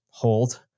hold